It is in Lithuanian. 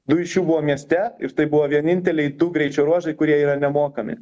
du iš jų buvo mieste ir tai buvo vieninteliai du greičio ruožai kurie yra nemokami